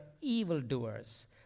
evildoers